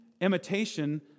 imitation